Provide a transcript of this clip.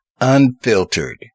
unfiltered